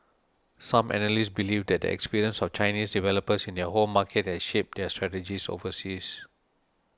some analysts believe that the experience of Chinese developers in their home market has shaped their strategies overseas